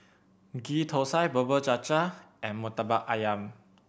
Ghee Thosai Bubur Cha Cha and Murtabak Ayam